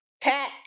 Pat